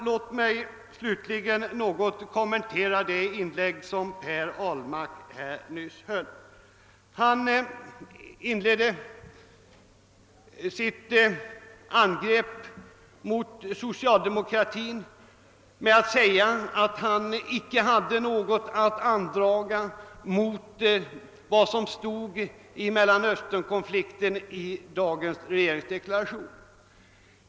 Låt mig slutligen någol kommentera det inlägg som herr Ahlmark nyss gjort. Herr Ahlmark inledde sitt angrepp mot socialdemokratin med att säga all han icke hade något att andraga mol vad som i dagens regeringsdeklaration sagts om Mellanösternkonflikten.